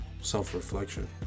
self-reflection